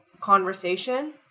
conversation